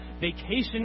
vacation